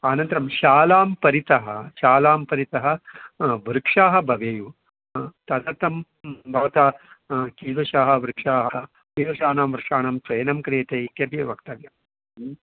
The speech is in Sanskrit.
अनन्तरं शालां परितः शालां परितः वृक्षाः भवेयुः ह तदर्थं भवता कीदृशाणां वृक्षाणां कीदृशाणां वृक्षाणां चयनं क्रियते इत्यपि वक्तव्यम्